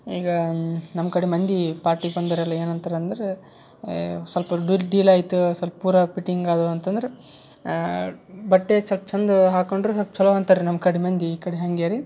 ಈಗ ನಮ್ಮ ಕಡೆ ಮಂದಿ ಪಾರ್ಟಿಗೆ ಬಂದವರೆಲ್ಲ ಏನು ಅಂತಾರೆ ಅಂದ್ರೆ ಸ್ವಲ್ಪ ದುಡ್ಡು ಡೀಲ್ ಆಯಿತಾ ಸ್ವಲ್ಪ ಪೂರಾ ಪಿಟ್ಟಿಂಗ್ ಅದಾವ ಅಂತಂದ್ರೆ ಬಟ್ಟೆ ಸೊಲ್ಪ ಚಂದ ಹಾಕೊಂಡರೆ ಸೊಲ್ಪ ಚಲೋ ಅಂತಾರೆ ರೀ ನಮ್ಮ ಕಡೆ ಮಂದಿ ಈ ಕಡೆ ಹಾಗೆ ರೀ